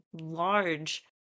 large